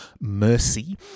Mercy